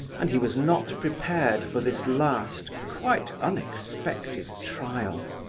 and he was not prepared for this last, quite unexpected trial.